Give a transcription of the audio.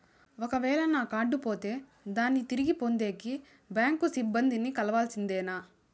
ఒక వేల నా కార్డు పోతే దాన్ని తిరిగి పొందేకి, బ్యాంకు సిబ్బంది ని కలవాల్సిందేనా?